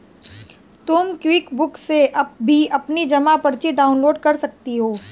तुम क्विकबुक से भी अपनी जमा पर्ची डाउनलोड कर सकती हो